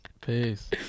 Peace